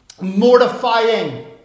mortifying